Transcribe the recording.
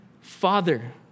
father